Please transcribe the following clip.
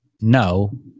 no